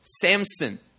Samson